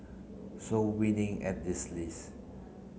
so winning at this list